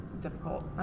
difficult